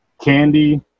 candy